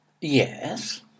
Yes